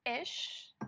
ish